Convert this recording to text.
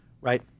right